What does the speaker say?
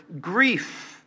grief